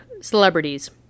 celebrities